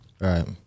Right